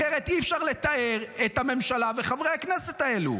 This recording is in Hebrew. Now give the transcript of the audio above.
אחרת אי-אפשר לתאר את הממשלה וחברי הכנסת האלו.